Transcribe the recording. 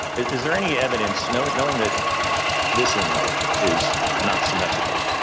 is there any evidence, knowing knowing that this inlet is not symmetrical,